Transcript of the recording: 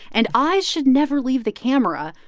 and eye should never leave the camera.